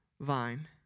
vine